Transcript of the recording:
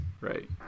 Right